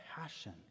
passion